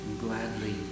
gladly